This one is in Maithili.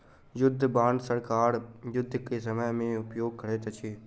युद्ध बांड सरकार युद्ध के समय में उपयोग करैत अछि